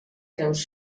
creus